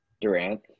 Durant